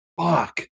fuck